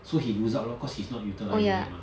so he lose out lor cause he's not utilizing it mah